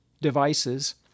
devices